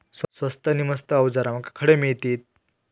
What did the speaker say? स्वस्त नी मस्त अवजारा माका खडे मिळतीत?